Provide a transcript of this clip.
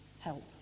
help